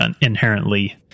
inherently